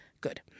good